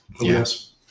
Yes